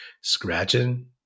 scratching